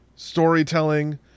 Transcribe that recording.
storytelling